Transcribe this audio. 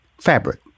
fabric